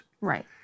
Right